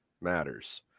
matters